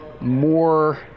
more